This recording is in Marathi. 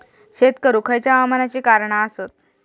शेत करुक खयच्या हवामानाची कारणा आसत?